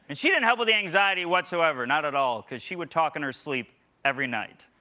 and she didn't help with the anxiety whatsoever, not at all, because she would talk in her sleep every night.